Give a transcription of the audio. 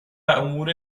امور